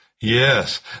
Yes